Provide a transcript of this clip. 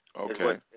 Okay